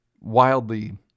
wildly